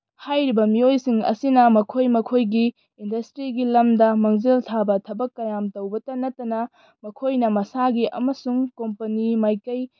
ꯍꯥꯏꯔꯤꯕ ꯃꯤꯑꯣꯏꯁꯤꯡ ꯑꯁꯤꯅ ꯃꯈꯣꯏ ꯃꯈꯣꯏꯒꯤ ꯏꯟꯗꯁꯇ꯭ꯔꯤꯒꯤ ꯂꯝꯗ ꯃꯥꯡꯖꯤꯜ ꯊꯥꯕ ꯊꯕꯛ ꯀꯌꯥꯝ ꯇꯧꯕꯇ ꯅꯠꯇꯅ ꯃꯈꯣꯏꯅ ꯃꯁꯥꯒꯤ ꯑꯃꯁꯨꯡ ꯀꯣꯝꯄꯅꯤ ꯃꯥꯏꯀꯩꯗꯒꯤ